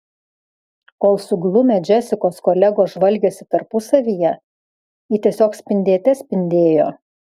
kol suglumę džesikos kolegos žvalgėsi tarpusavyje ji tiesiog spindėte spindėjo